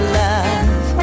love